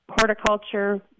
horticulture